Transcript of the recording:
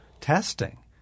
testing